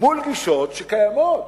מול גישות שקיימות